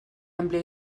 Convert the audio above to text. amplia